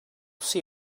see